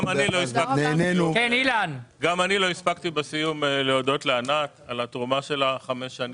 גם אני לא הספקתי להודות לענת על התרומה שלה בחמש השנים,